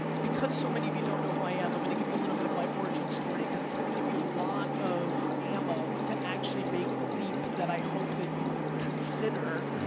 because so many of you don't know who i am i'm gonna give you a little bit of my origin story because it's gonna give you a lot of ammo to actually make the leap that i hope that you consider.